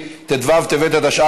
שהגיע לכאן מ-Snd Group,